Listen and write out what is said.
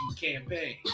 campaign